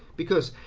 because,